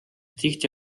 tihti